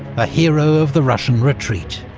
a hero of the russian retreat.